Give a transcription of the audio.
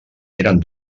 eren